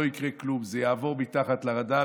לא יקרה כלום, זה יעבור מתחת לרדאר.